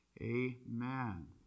amen